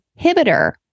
inhibitor